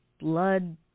blood